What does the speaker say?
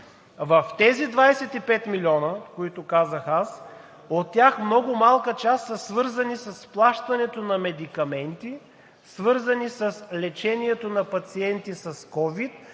В тези 25 милиона, които казах аз, от тях много малка част са свързани с плащането на медикаменти, свързани с лечението на пациенти с ковид,